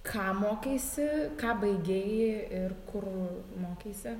ką mokeisi ką baigei ir kur mokeisi